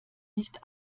nicht